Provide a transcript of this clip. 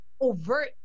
overt